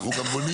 אנחנו גם בונים,